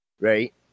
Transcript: right